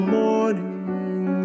morning